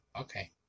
Okay